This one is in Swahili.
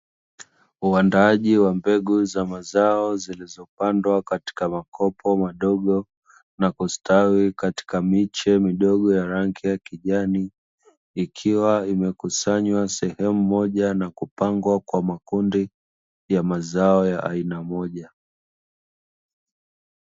Uandaaji wa mbegu za mazao zilizopandwa katika makopo madogo, na kustawi katika miche midogo ya rangi ya kijani, ikiwa imekusanywa sehemu moja na kupangwa kwa makundi, ya mazao ya aina moja.